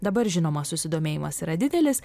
dabar žinoma susidomėjimas yra didelis